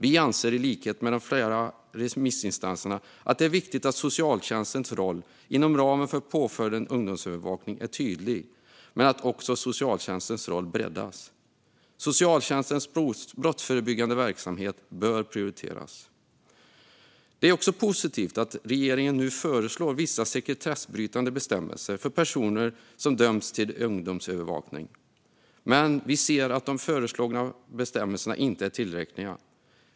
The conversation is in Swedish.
Vi anser i likhet med flera remissinstanser att det är viktigt att socialtjänstens roll inom ramen för påföljden ungdomsövervakning är tydlig men också att socialtjänstens roll breddas. Socialtjänstens brottsförebyggande verksamhet bör prioriteras. Det är positivt att regeringen nu föreslår vissa sekretessbrytande bestämmelser för personer som döms till ungdomsövervakning, men vi ser att de föreslagna bestämmelserna inte är tillräckliga.